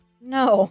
No